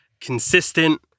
consistent